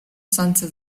сонце